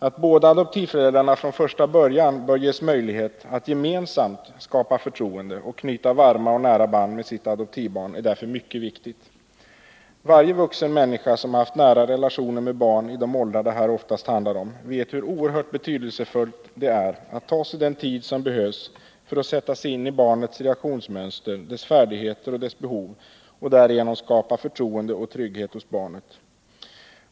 Att båda adoptivföräldrarna från första början bör ges möjlighet att gemensamt skapa förtroende och knyta varma och nära band med sitt adoptivbarn är därför mycket viktigt. Varje vuxen människa som har haft nära relationer med barn i de åldrar det här oftast handlar om vet hur oerhört betydelsefullt det är att ta sig den tid som behövs för att sätta sig in i barnets reaktionsmönster, dess färdigheter och dess behov och därigenom skapa förtroende och trygghet hos barnet.